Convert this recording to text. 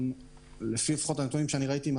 לפי הנתונים שראיתי,